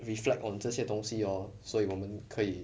reflect on 这些东西 lor 所以我们可以